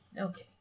Okay